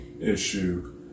issue